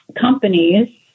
companies